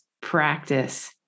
practice